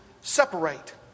separate